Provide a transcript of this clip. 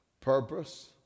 Purpose